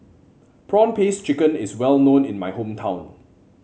prawn paste chicken is well known in my hometown